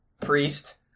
Priest